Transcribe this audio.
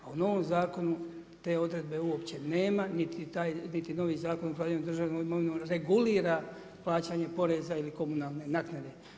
A u novom zakonu te odredbe uopće nema, niti taj novi zakon o upravljanju državne imovine regulira plaćanje poreza ili komunalne naknade.